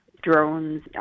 Drones